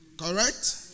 Correct